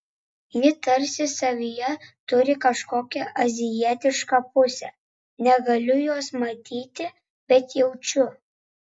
ji tarsi savyje turi kažkokią azijietišką pusę negaliu jos matyti bet jaučiu